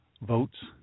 votes